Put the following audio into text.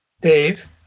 Dave